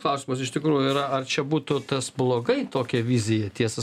klausimas iš tikrųjų yra ar čia būtų tas blogai tokia vizija tiesa